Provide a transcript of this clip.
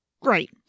Great